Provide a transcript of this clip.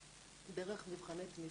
דרך מבחני תמיכה.